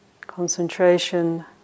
Concentration